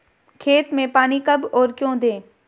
खेत में पानी कब और क्यों दें?